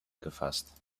gefasst